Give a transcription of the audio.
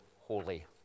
holy